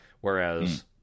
Whereas